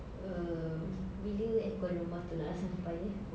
uh bila aircon rumah itu nak sampai eh